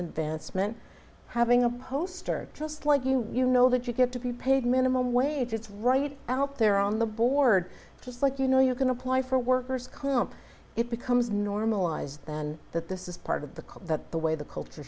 advancement having a poster just like you you know that you get to be paid minimum wage it's right out there on the board just like you know you can apply for workers comp it becomes normalized and that this is part of the code that the way the culture